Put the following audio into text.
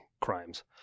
crimes